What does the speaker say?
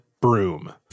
broom